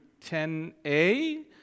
10a